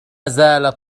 زالت